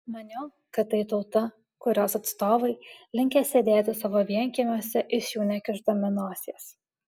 maniau kad tai tauta kurios atstovai linkę sėdėti savo vienkiemiuose iš jų nekišdami nosies